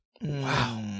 Wow